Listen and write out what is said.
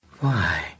Why